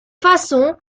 façon